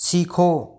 सीखो